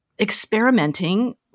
experimenting